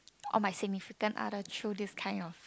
or my significant other through this kind of